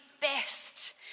best